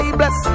bless